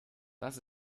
das